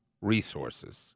resources